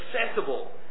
accessible